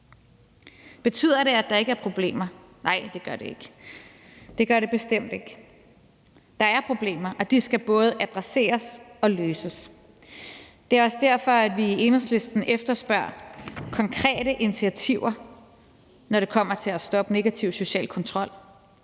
Betyder det, at der ikke er problemer? Nej, det gør det ikke, det gør det bestemt ikke. Der er problemer, og de skal både adresseres og løses, og det er også derfor, vi i Enhedslisten efterspørger konkrete initiativer, når det kommer til at stoppe negativ social kontrol.